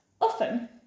Often